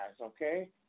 Okay